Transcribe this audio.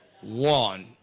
one